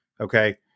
okay